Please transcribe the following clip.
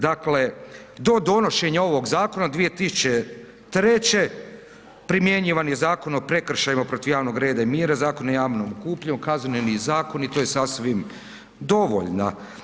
Dakle, do donošenja ovog zakona od 2003. primjenjivan je Zakon o prekršajima protiv javnog reda i mira, Zakon o javnom okupljanju, Kazneni zakon i to je sasvim dovoljno.